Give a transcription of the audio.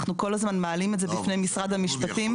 אנחנו כל הזמן מעלים את זה בפני משרד המשפטים.